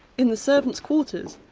in the servants' quarters,